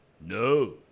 No